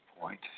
point